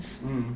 mm